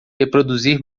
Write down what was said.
reproduzir